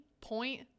point